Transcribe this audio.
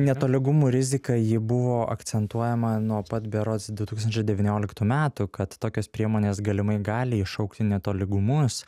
netolygumų rizika ji buvo akcentuojama nuo pat berods du tūkstančiai devynioliktų metų kad tokios priemonės galimai gali iššaukti netolygumus